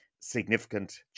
significant